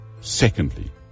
Secondly